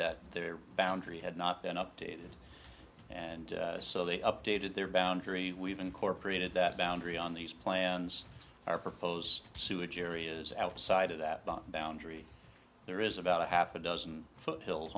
that their boundary had not been updated and so they updated their boundary we've incorporated that boundary on these plans our propose sewage areas outside of that bank boundary there is about a half a dozen foot hills